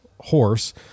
horse